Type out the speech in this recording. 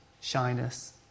shyness